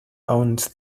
owned